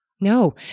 No